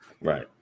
right